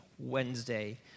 Wednesday